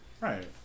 Right